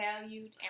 valued